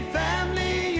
family